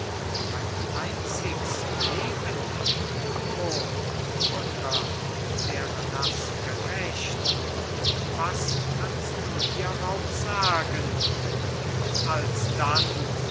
ein einzig's leben wo mutter wäre das gerecht was kannst du hierauf sagen und alsdann